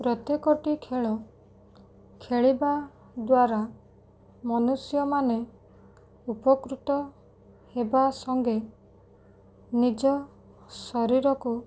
ପ୍ରତ୍ୟେକଟି ଖେଳ ଖେଳିବା ଦ୍ୱାରା ମନୁଷ୍ୟମାନେ ଉପକୃତ ହେବା ସଙ୍ଗେ ନିଜ ଶରୀରକୁ